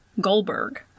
Goldberg